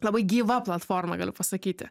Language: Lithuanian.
labai gyva platforma galiu pasakyti